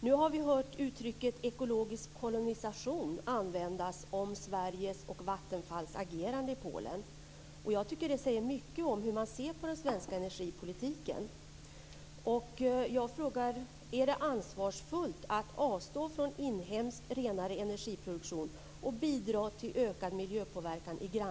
Nu har vi hört uttrycket ekologisk kolonisation användas om Sveriges och Vattenfalls agerande i Polen, och jag tycker det säger mycket om hur man ser på den svenska energipolitiken.